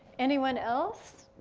anyone else?